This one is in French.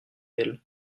elle